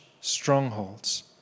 strongholds